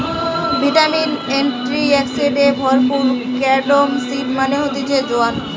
vitamin, antioxidants এ ভরপুর carom seed মানে হতিছে জোয়ান